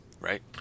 right